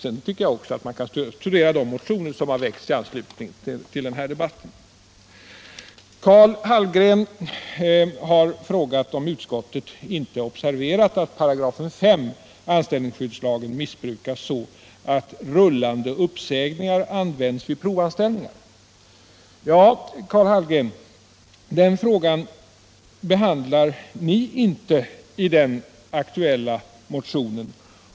Man bör också studera de motioner som ligger till grund för den här debatten. Karl Hallgren frågade om utskottet inte observerat att 5 § anställningsskyddslagen missbrukas så, att rullande uppsägningar används vid provanställningar. Den frågan, Karl Hallgren, behandlar ni ju inte i er aktuella 49 motion.